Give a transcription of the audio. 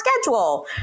schedule